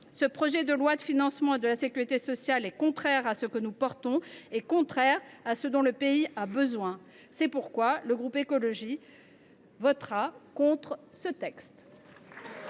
Ce projet de loi de financement de la sécurité sociale est contraire aux valeurs que nous défendons et contraire à ce dont le pays a besoin. C’est pourquoi le groupe GEST votera contre ce texte.